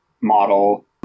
model